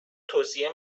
توصیه